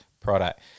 product